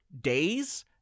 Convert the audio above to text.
days